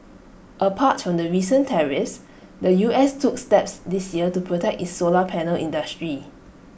apart from the recent tariffs the U S took steps this year to protect its solar panel industry